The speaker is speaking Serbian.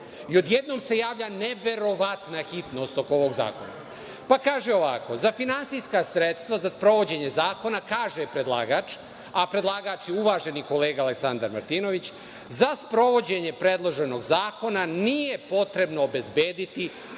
i odjednom se javlja neverovatna hitnost oko ovog zakona. Kaže ovako – za finansijska sredstva za sprovođenje zakona, kaže predlagač, a predlagač je uvaženi kolega Aleksandar Martinović, za sprovođenje predloženog zakona nije potrebno obezbediti